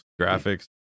graphics